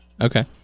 Okay